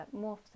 more